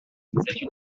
émotion